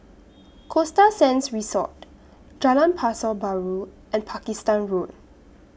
Costa Sands Resort Jalan Pasar Baru and Pakistan Road